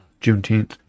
Juneteenth